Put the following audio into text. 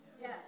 Yes